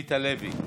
עמית הלוי,